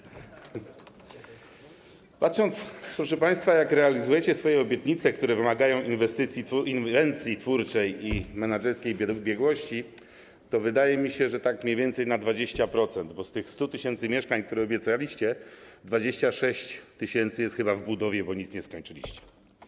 Gdy patrzę, proszę państwa, jak realizujecie swoje obietnice, które wymagają inwencji twórczej i menedżerskiej biegłości, to wydaje mi się, że tak mniej więcej na 20%, bo z tych 100 tys. mieszkań, które obiecaliście, 26 tys. jest chyba w budowie, bo nic nie skończyliście.